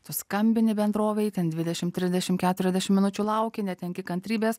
tu skambini bendrovei ten dvidešim trisdešim keturiasdešim minučių lauki netenki kantrybės